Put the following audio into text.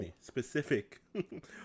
specific